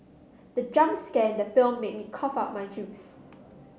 the jump scare in the film made me cough out my juice